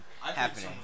happening